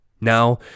Now